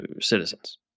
citizens